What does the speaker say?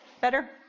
Better